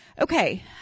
Okay